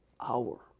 hour